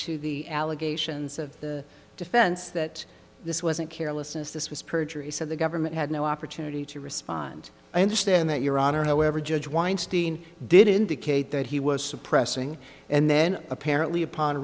to the allegations of the defense that this wasn't carelessness this was perjury he said the government had no opportunity to respond i understand that your honor however judge weinstein did indicate that he was suppressing and then apparently upon